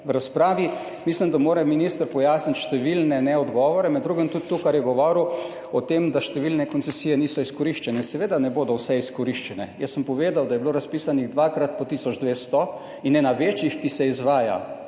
slabšem. Mislim, da mora minister v razpravi pojasniti številne odgovore, med drugim tudi to, kar je govoril o tem, da številne koncesije niso izkoriščene. Seveda ne bodo vse izkoriščene, jaz sem povedal, da je bilo razpisanih dvakrat po tisoč 200 in eden večjih koncesijskih